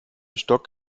stock